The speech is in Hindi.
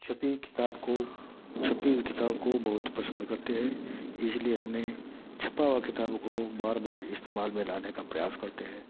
छपी किताब को छपी किताब को बहुत पसंद करते हैं इसलिए हमने छपा हुआ किताब को बार बार इस्तेमाल में लाने का प्रयास करते हैं